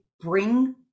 bring